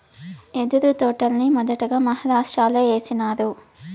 యెదురు తోటల్ని మొదటగా మహారాష్ట్రలో ఏసినారు